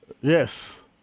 Yes